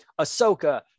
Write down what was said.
Ahsoka